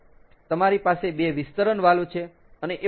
તમારી પાસે 2 વિસ્તરણ વાલ્વ છે અને એવું બધુ